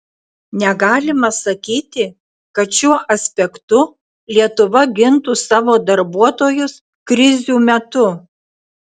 negalima sakyti kad šiuo aspektu lietuva gintų savo darbuotojus krizių metu